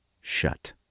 shut